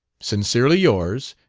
sincerely yours,